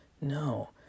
No